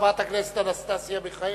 חברת הכנסת אנסטסיה מיכאלי,